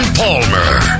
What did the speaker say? palmer